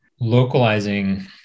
localizing